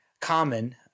common